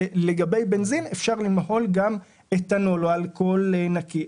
לגבי בנזין, אפשר למהול גם אתנול או אלכוהול נקי.